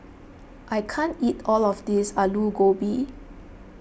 I can't eat all of this Aloo Gobi